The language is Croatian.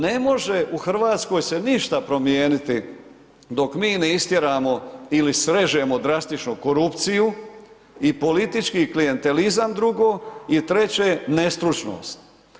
Ne može u Hrvatskoj se ništa promijeniti dok mi ne istjeramo ili srežemo drastično korupciju i politički klijentelizam drugo i treće nestručnost.